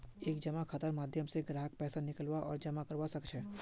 एक जमा खातार माध्यम स ग्राहक पैसा निकलवा आर जमा करवा सख छ